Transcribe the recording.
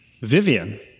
Vivian